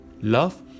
love